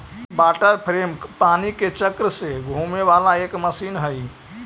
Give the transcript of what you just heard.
water frame पानी के चक्र से घूमे वाला एक मशीन हई